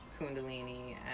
Kundalini